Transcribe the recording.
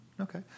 Okay